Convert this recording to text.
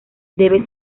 debe